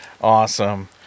awesome